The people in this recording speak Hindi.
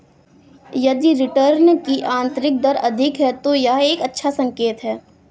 यदि रिटर्न की आंतरिक दर अधिक है, तो यह एक अच्छा संकेत है